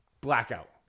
blackout